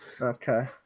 Okay